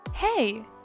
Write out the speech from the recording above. Hey